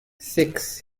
six